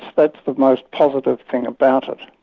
but the most positive thing about it.